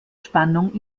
spannung